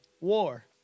war